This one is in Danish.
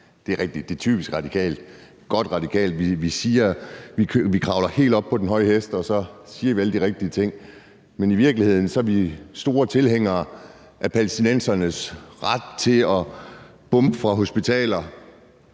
det er typisk Radikale. De kravler helt op på den høje hest, og så siger de alle de rigtige ting, men i virkeligheden er de store tilhængere af palæstinensernes ret til at bombe fra hospitaler,